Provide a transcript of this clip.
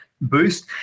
boost